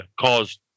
caused